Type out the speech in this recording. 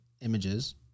images